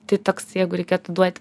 tai toks jeigu reikėtų duot